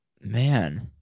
man